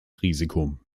risiko